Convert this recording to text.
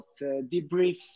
debriefs